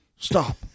Stop